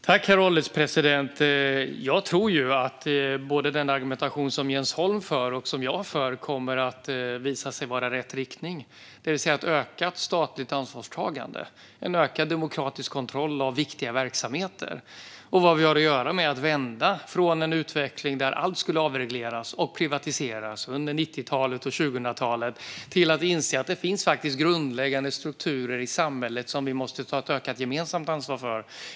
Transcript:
Herr ålderspresident! Jag tror att den argumentation som både Jens Holm och jag för kommer att visa sig vara rätt riktning, det vill säga mot ett ökat statligt ansvarstagande. Det ska vara en ökad demokratisk kontroll av viktiga verksamheter. Det vi har att göra är att vända utvecklingen från att allt skulle avregleras och privatiseras under 90-talet och 2000-talet till att inse att det finns grundläggande strukturer i samhället som vi måste ta ett ökat gemensamt ansvar för.